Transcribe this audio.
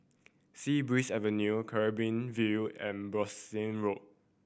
Sea Breeze Avenue Canberra View and Bassein Road